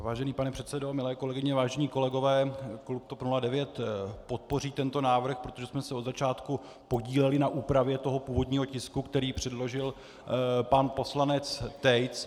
Vážený pane předsedo, milé kolegyně, vážení kolegové, klub TOP 09 podpoří tento návrh, protože jsme se od začátku podíleli na úpravě původního tisku, který předložil pan poslanec Tejc.